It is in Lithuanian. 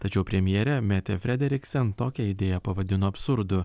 tačiau premjerė metė frederiksen tokią idėją pavadino absurdu